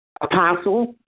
Apostle